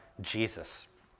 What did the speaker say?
Jesus